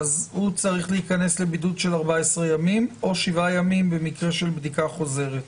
הוא צריך להיכנס לבידוד של 14 ימים או שבעה ימים במקרה של בדיקה חוזרת.